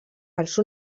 als